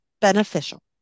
beneficial